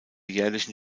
jährlichen